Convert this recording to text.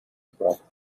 brother